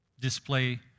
display